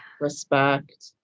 Respect